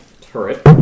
Turret